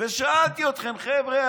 ושאלתי אתכם: חבר'ה,